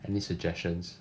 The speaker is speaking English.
any suggestions